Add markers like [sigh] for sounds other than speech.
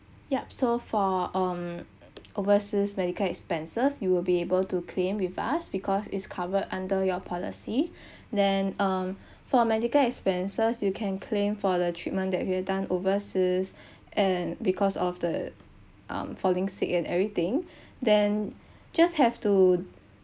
yup so for um overseas medical expenses you will be able to claim with us because it's covered under your policy [breath] then um [breath] for medical expenses you can claim for the treatment that you've done overseas [breath] and because of the um falling sick and everything [breath] then [breath] just have to